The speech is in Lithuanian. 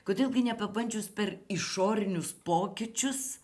kodėl gi nepabandžius per išorinius pokyčius